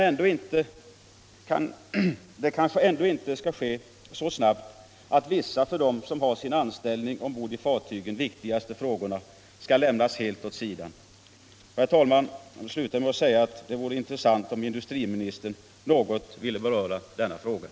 Och det kanske ändå inte skall ske så snabbt att vissa för dem som har sin anställning ombord på fartygen viktiga frågor skall lämnas helt åt sidan. Herr talman! Jag slutar med att säga att det vore intressant om industriministern något ville beröra den frågan.